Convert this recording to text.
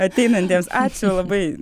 ateinantiems ačiū labai